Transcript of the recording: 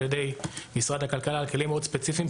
ידי משרד הכלכלה על כלים מאוד ספציפיים,